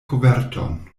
koverton